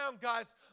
guys